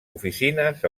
oficines